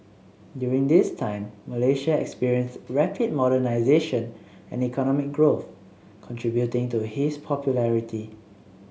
during this time Malaysia experienced rapid modernisation and economic growth contributing to his popularity